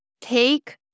take